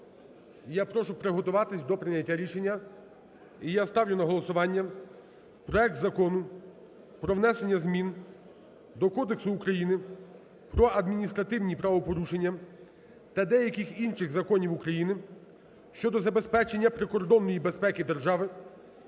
я прошу приготуватись до прийняття рішення. І я ставлю на голосування проект Закону про внесення змін до Кодексу України про адміністративні правопорушення та деяких інших законів України щодо забезпечення прикордонної безпеки держави